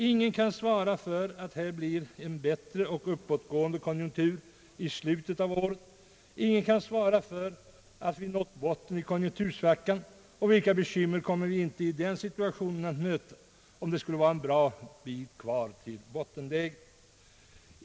Ingen kan svara för att här blir en bättre och uppåtgående konjunktur i slutet av året, ingen kan svara för att vi har nått botten i konjunktursvackan. Vilka bekymmer kommer vi inte i den situationen att möta, om det skulle vara en bra bit kvar till bottenläget?